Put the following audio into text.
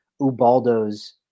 Ubaldo's